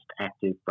active